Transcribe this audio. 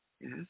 yes